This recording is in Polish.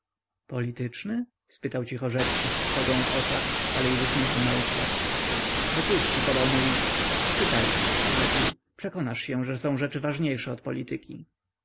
polityczny spytał cicho rzecki z trwogą w oczach ale i z uśmiechem na ustach wokulski podał mu list czytaj rzekł przekonasz się że są rzeczy lepsze od polityki